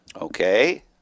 Okay